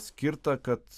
skirtą kad